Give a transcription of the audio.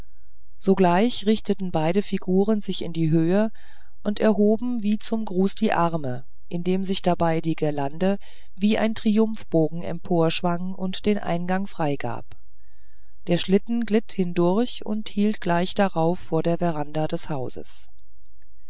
sogleich richteten beide figuren sich in die höhe und erhoben wie zum gruß die arme indem sich dabei die girlande wie ein triumphbogen emporschwang und den eingang freigab der schlitten glitt hindurch und hielt gleich darauf vor der veranda des hauses